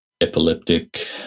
epileptic